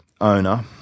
owner